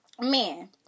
man